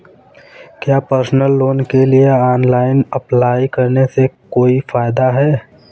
क्या personal loan के लिए ऑनलाइन अप्लाई करने से कोई फायदा है?